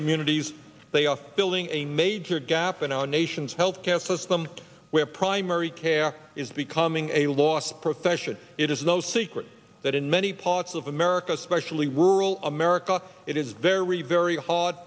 communities they are building a major gap in our nation's health care system where primary care is becoming a lost profession it is no secret that in many parts of america especially rell america it is very very hard